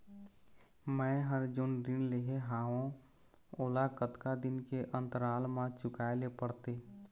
मैं हर जोन ऋण लेहे हाओ ओला कतका दिन के अंतराल मा चुकाए ले पड़ते?